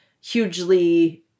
hugely